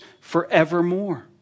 forevermore